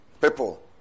people